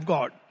God।